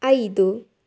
ಐದು